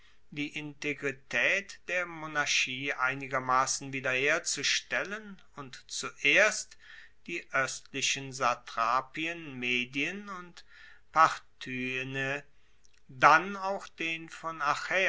die integritaet der monarchie einigermassen wiederherzustellen und zuerst die oestlichen satrapien medien und parthyene dann auch den von